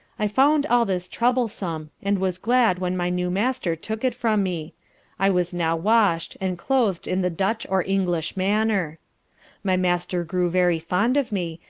i found all this troublesome, and was glad when my new master took it from me i was now washed, and clothed in the dutch or english manner my master grew very fond of me,